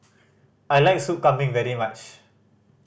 I like Soup Kambing very much